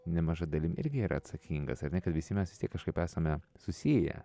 nemaža dalimi irgi yra atsakingas ar ne kad visi mes kažkaip esame susiję